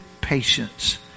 patience